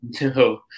No